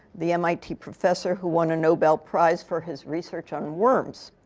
the mit professor who won a nobel prize for his research on worms.